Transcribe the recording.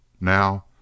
Now